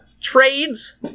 trades